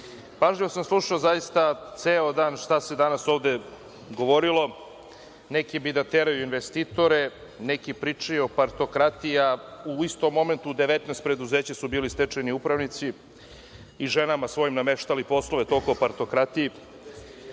grupe. Pažljivo sam slušao zaista ceo dan šta se danas ovde govorilo. Neki bi da teraju investitore, neki pričaju o partokratiji, a u istom momentu u 19 preduzeća su bili stečajni upravnici i ženama svojim nameštali poslove. Toliko o partokratiji.